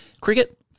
cricket